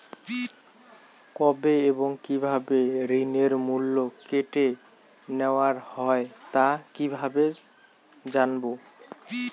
কবে এবং কিভাবে ঋণের মূল্য কেটে নেওয়া হয় তা কিভাবে জানবো?